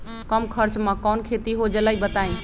कम खर्च म कौन खेती हो जलई बताई?